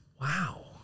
Wow